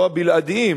לא הבלעדיים,